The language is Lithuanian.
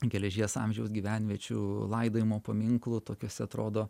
geležies amžiaus gyvenviečių laidojimo paminklų tokios atrodo